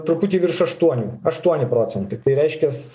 truputį virš aštuonių aštuoni procentai tai reiškias